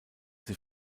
sie